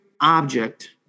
object